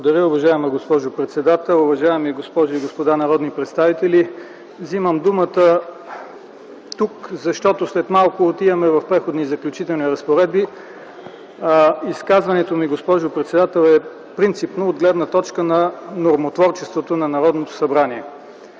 Благодаря, уважаема госпожо председател. Уважаеми госпожи и господа народни представители, вземам думата тук, защото след малко отиваме към Преходни и заключителни разпоредби. Госпожо председател, изказването ми е принципно, от гледна точка на нормотворчеството на Народното събрание.